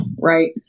right